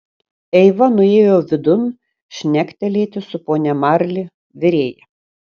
eiva nuėjo vidun šnektelėti su ponia marli virėja